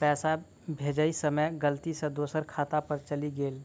पैसा भेजय समय गलती सँ दोसर खाता पर चलि गेला